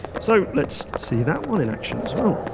so let's see that one in action as well.